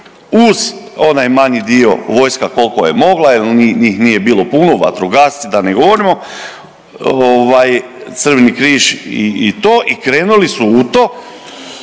uz onaj manji dio, vojska koliko je mogla jer njih nije bilo puno, vatrogasci, da ne govorimo, ovaj, Crveni križ i to, i krenuli su u to